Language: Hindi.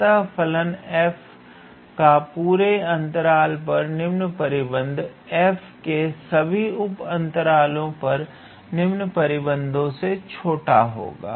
अतः फलन 𝑓 का पूरे अंतराल पर निम्न परिबद्ध 𝑓 के सभी उपअंतरालों पर निम्न परिबद्धों से छोटा होगा